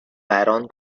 barron